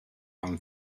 from